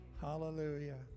Hallelujah